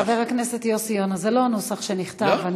חבר הכנסת יוסי יונה, זה לא הנוסח שנכתב.